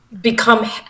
become